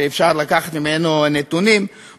שאפשר לקחת ממנו נתונים,